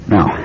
Now